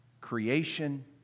creation